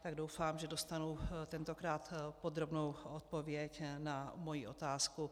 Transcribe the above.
Tak doufám, že dostanu tentokrát podrobnou odpověď na svoji otázku.